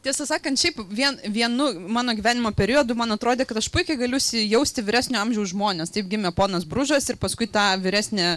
tiesą sakant šiaip vien vienu mano gyvenimo periodu man atrodė kad aš puikiai galiu įsijaust į vyresnio amžiaus žmones taip gimė ponas bružas ir paskui ta vyresnė